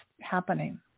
happening